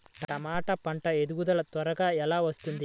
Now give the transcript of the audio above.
టమాట పంట ఎదుగుదల త్వరగా ఎలా వస్తుంది?